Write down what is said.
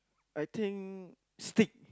I think steak